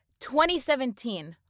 2017